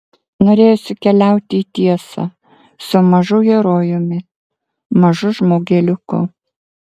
norėjosi keliauti į tiesą su mažu herojumi mažu žmogeliuku